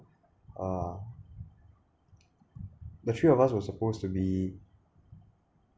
uh the three of us was supposed to be